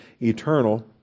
eternal